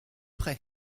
prêt